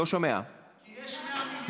כי יש 100 מיליון בתקציב.